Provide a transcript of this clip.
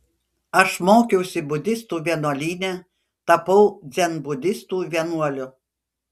aš mokiausi budistų vienuolyne tapau dzenbudistų vienuoliu